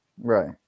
Right